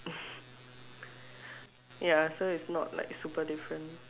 ya so it's not like super different